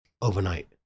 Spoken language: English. overnight